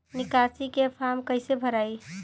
निकासी के फार्म कईसे भराई?